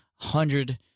Hundred